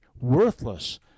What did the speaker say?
worthless